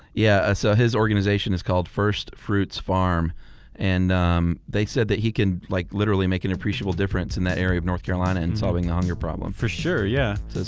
yeah so his organization is called first fruits farm and they said that he can like literally make an appreciable difference in that area of north carolina in solving the hunger problem. for sure. yeah that's